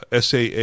SAA